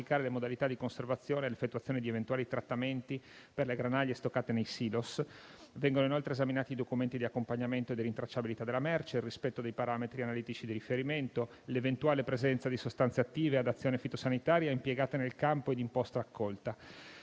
le modalità di conservazione o l'effettuazione di eventuali trattamenti per le granaglie stoccate nei silos; vengono inoltre esaminati i documenti di accompagnamento e di rintracciabilità della merce; il rispetto dei parametri analitici di riferimento; l'eventuale presenza di sostanze attive ad azione fitosanitaria impiegate nel campo e in post raccolta;